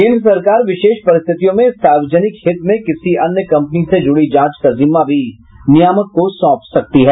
केंद्र सरकार विशेष परिस्थितियों में सार्वजनिक हित में किसी अन्य कंपनी से जुड़ी जाँच का जिम्मा भी नियामक को सौंप सकती है